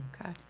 okay